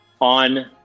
on